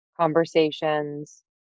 conversations